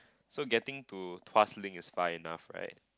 so getting to Tuas Link is far enough right